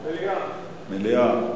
מליאה.